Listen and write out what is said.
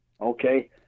Okay